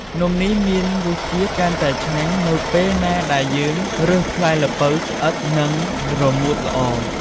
នំនេះមានរសជាតិកាន់តែឆ្ងាញ់ នៅពេលណាដែលយើងរើសផ្លែល្ពៅស្អិត និងរមួតល្អ។